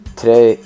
today